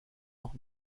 noch